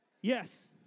Yes